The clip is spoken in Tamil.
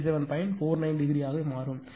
49 ° ஆக மாறும்